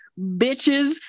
bitches